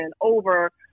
over